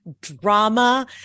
drama